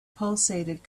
pulsated